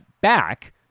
back